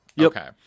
okay